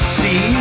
see